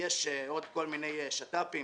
יש עוד כל מיני שת"פים.